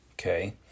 Okay